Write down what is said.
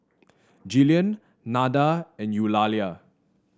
Jillian Nada and Eulalia